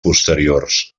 posteriors